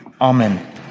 Amen